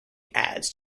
adds